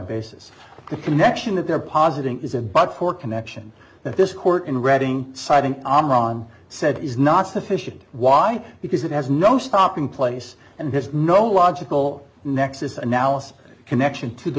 the connection that they're positing is a bug for connection that this court in reading siding on ron said is not sufficient why because it has no stopping place and there's no logical nexus analysis connection to the